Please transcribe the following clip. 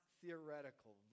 theoretical